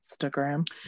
Instagram